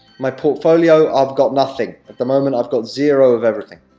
my portfolio i've got nothing at the moment, i've got zero of everything.